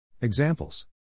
Examples